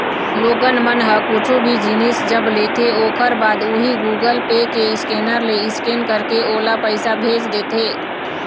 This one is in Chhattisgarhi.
लोगन मन ह कुछु भी जिनिस जब लेथे ओखर बाद उही गुगल पे के स्केनर ले स्केन करके ओला पइसा भेज देथे